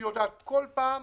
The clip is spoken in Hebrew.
בכל פעם,